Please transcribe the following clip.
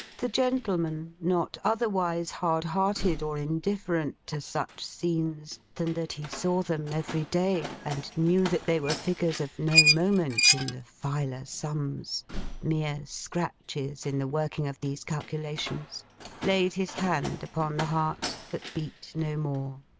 the gentleman, not otherwise hard-hearted or indifferent to such scenes, than that he saw them every day, and knew that they were figures of no moment in the filer sums mere scratches in the working of these calculations laid his hand upon the heart that beat no more,